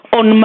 on